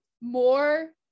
more